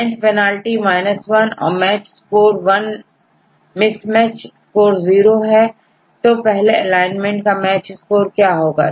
length penalty minus one और match score one mismatch score zero है तो पहले एलाइनमेंट का मैच स्कोर क्या होगा